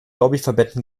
lobbyverbänden